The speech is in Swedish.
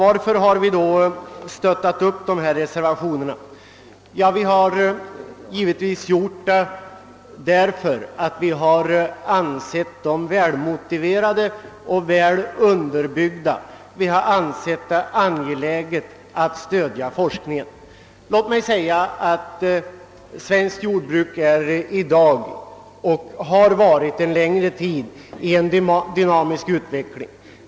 Anledningen till att vi har reserverat oss till förmån för motionerna är att vi ansett dem vara välmotiverade och väl underbyggda; vi har ansett det angeläget att stödja den forskning som bedrivs vid dessa institutioner. Svenskt jordbruk befinner sig i dag och har under en längre tid befunnit sig i en dynamisk utveckling.